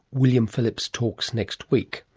william phillips talks next week